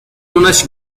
unas